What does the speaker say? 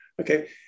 Okay